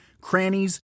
crannies